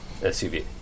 SUV